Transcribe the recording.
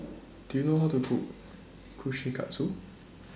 Do YOU know How to Cook Kushikatsu